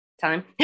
time